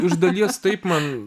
iš dalies taip man